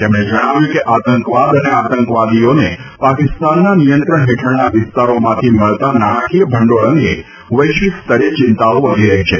તેમણે જણાવ્યું હતું કે આતંકવાદ અને આતંકવાદીઓને પાકીસ્તાનના નિયંત્રણ હેઠળના વિસ્તારોમાંથી મળતા નાણાંકીય ભંડોળ અંગે વૈશ્વિક સ્તરે ચિંતાઓ વધી રહી છે